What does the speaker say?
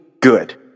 good